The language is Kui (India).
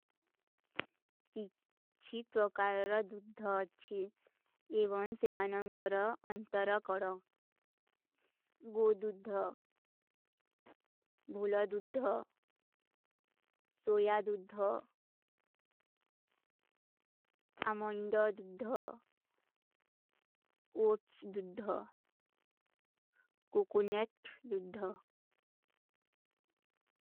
ଚୀଚୀ ପ୍ରକାରଡା ଦୁଧ୍ଧା ଚୀଚୀ। ଏଵନ ସେମାନଂଗ କରା ଅଂତରା କରା। ଗୋ ଦୁଧ୍ଧା, ଭୂଲା ଦୁଧ୍ଧା, ସୋଯା ଦୁଧ୍ଧା, ଅମଂଡା ଦୁଧ୍ଧା, ଓପ୍ସ ଦୁଧ୍ଧା, କୋକୋନେଟ ଦୁଧ୍ଧା।